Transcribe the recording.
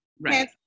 Right